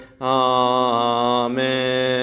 Amen